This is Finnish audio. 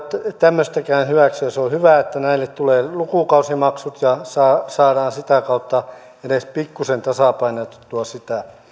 tämmöistäkään hyväksyä se on hyvä että näille tulee lukukausimaksut ja saadaan sitä kautta edes pikkuisen tasapainotettua sitä